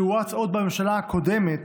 שהורץ עוד בממשלה הקודמת,